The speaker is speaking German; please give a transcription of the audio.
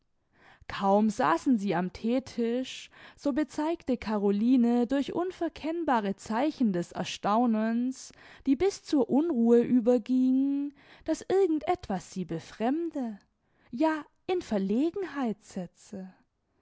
kaum saßen sie am theetisch so bezeigte caroline durch unverkennbare zeichen des erstaunens die bis zur unruhe übergingen daß irgend etwas sie befremde ja in verlegenheit setze